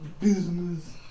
Business